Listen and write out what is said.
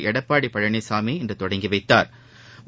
எடப்பாடி பழனிசாமி இன்று தொடங்கி வைத்தாா்